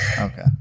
okay